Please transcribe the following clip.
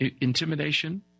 Intimidation